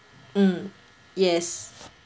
mm yes